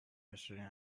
yesterday